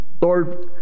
Lord